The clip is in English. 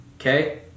Okay